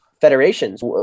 federations